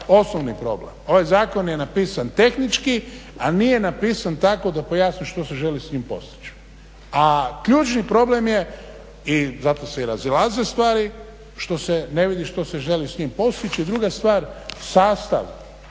osnovni problem. Ovaj zakon je napisan tehnički, ali nije napisan tako da pojasni što se želi s njim postići. A ključni problem je i zato se i razilaze stvari što se ne vidi što se želi s njim postići. I druga stvar, sastav